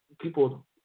people